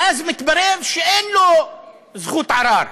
ואז מתברר שאין לו זכות ערר,